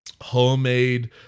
homemade